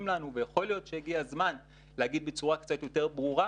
לנו ויכול להיות שהגיע הזמן לומר בצורה קצת יותר ברורה